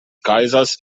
kaisers